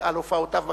הופעותיו בכנסת,